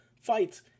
fights